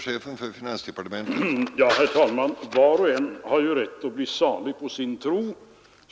Herr talman! Var och en har ju rätt att bli salig på sin tro.